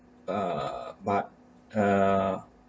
err but err